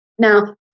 Now